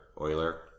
Euler